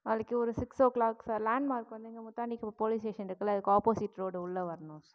நாளைக்கு ஒரு six o'clock sir landmark வந்து இங்கே முத்தாண்டி குப்பம் போலீஸ் ஸ்டேஷன் இருக்குல்ல அதுக்கு அப்போசிட் ரோடு உள்ளே வரணும் சார்